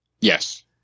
Yes